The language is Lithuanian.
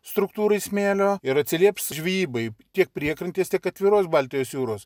struktūrai smėlio ir atsilieps žvejybai tiek priekrantės tiek atviros baltijos jūros